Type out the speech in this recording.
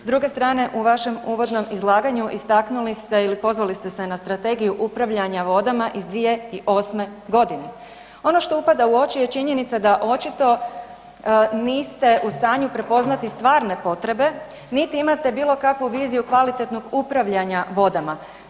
S druge strane, u vašem uvodnom izlaganju, istaknuli ste, ili pozvali ste se na Strategiju upravljanja vodama iz 2008. g. Ono što upada u oči je činjenica da očito niste u stanju prepoznati stvarne potrebe niti imate bilo kakvu viziju kvalitetnog upravljanja vodama.